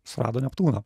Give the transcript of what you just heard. surado neptūną